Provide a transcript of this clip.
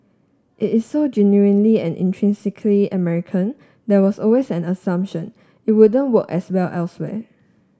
it is so genuinely and intrinsically American there was always an assumption it wouldn't work as well elsewhere